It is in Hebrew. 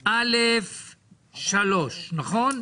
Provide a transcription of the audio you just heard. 4א(3), נכון?